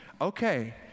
okay